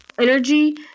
energy